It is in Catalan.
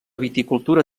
viticultura